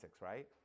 right